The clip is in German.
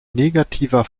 negativer